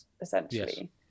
essentially